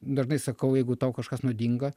dažnai sakau jeigu tau kažkas nuodinga